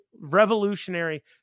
revolutionary